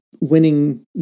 winning